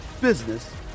business